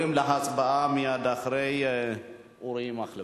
עוברים להצבעה מייד אחרי אורי מקלב.